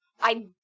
I-